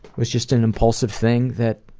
was just an impulsive things that